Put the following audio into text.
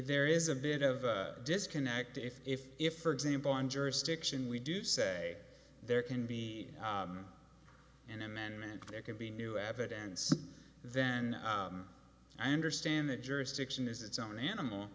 there is a bit of disconnect if if if for example on jurisdiction we do say there can be an amendment there can be new evidence then i understand the jurisdiction is its own animal